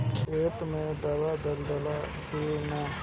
खेत मे दावा दालाल कि न?